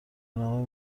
نام